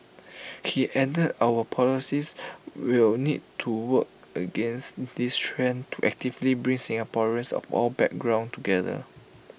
he added our policies will need to work against this trend to actively bring Singaporeans of all background together